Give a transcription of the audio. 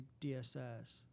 DSS